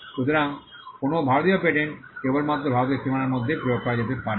সুতরাং কোনও ভারতীয় পেটেন্ট কেবলমাত্র ভারতের সীমানার মধ্যে প্রয়োগ করা যেতে পারে